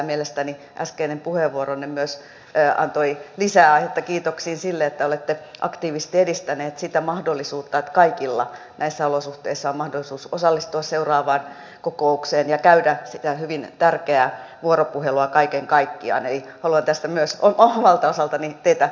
mielestäni äskeinen puheenvuoronne myös antoi lisää aihetta kiitoksiin siitä että olette aktiivisesti edistänyt sitä mahdollisuutta että kaikilla näissä olosuhteissa on mahdollisuus osallistua seuraavaan kokoukseen ja käydä sitä hyvin tärkeää vuoropuhelua kaiken kaikkiaan eli haluan tästä myös omalta osaltani teitä lämpimästi kiittää